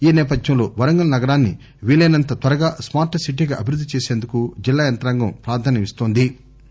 ఈ నేపథ్యంలో వరంగల్ నగరాన్సి వీలైనంత త్వరగా స్మార్ట్ సిటీగా అభివృద్ది చేసేందుకు జిల్లాయంత్రాంగం ప్రాధాన్యం ఇన్తోంది